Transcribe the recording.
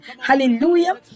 Hallelujah